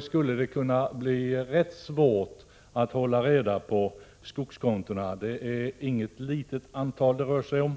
skulle det kunna bli rätt svårt att hålla reda på skogskontona. Det är inget litet antal det rör sig om.